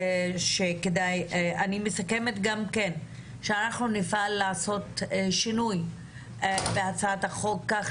אני נפעל לעשות שינוי בהצעת החוק כך